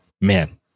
Man